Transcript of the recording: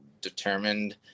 determined